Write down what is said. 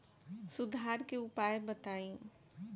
सुधार के उपाय बताई?